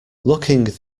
looking